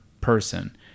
person